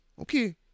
Okay